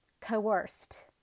coerced